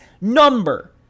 number